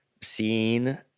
seen